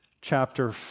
Chapter